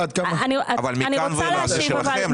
אבל מכאן ואילך זה שלכם,